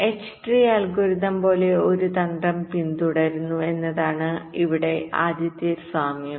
H tree algorithm പോലെ ഒരു തന്ത്രം പിന്തുടരുന്നു എന്നതാണ് ഇവിടെ ആദ്യത്തെ സാമ്യം